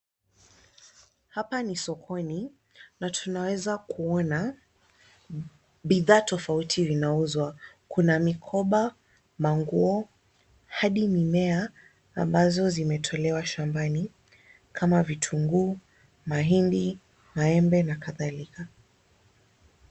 Hapa ni sokoni na tunaweza kuona bidhaa tofauti linauzwa. Kuna mikoba, manguo, hadi mimea ambazo zimetolewa shambani kama vitunguu, mahindi, maembe na kadhalika.